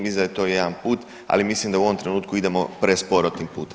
Mislim da je to jedan put, ali mislim da u ovom trenutku idemo presporo tim putem.